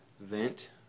vent